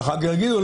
ואחר כך יגידו,